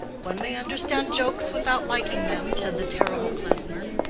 one may understand jokes without liking them, said the terrible klesmer.